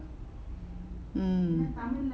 mm